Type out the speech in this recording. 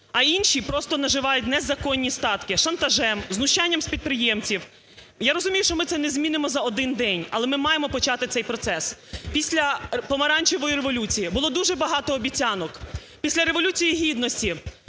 А інші просто наживають незаконні статки шантажем, знущанням з підприємців. Я розумію, що ми це не змінимо за один день, але ми маємо почати цей процес. Після Помаранчевої революції було дуже багато обіцянок. Після Революції Гідності